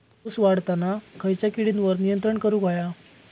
ऊस वाढताना खयच्या किडींवर नियंत्रण करुक व्हया?